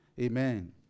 Amen